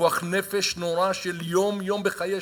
בפיקוח נפש נורא של יום-יום בחיי שעה.